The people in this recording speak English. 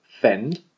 fend